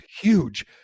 huge